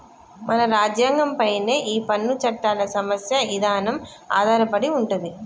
మన రాజ్యంగం పైనే ఈ పన్ను చట్టాల సమస్య ఇదానం ఆధారపడి ఉంటది